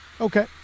Okay